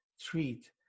treat